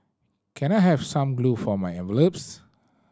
can I have some glue for my envelopes